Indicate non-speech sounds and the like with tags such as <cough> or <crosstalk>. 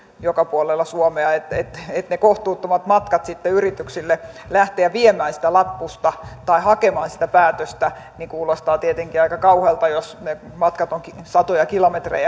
joka puolella suomea ne kohtuuttomat matkat yrityksille lähteä viemään sitä lappusta tai hakemaan sitä päätöstä kuulostavat tietenkin aika kauhealta jos ne matkat ovat satoja kilometrejä <unintelligible>